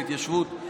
ההתיישבות,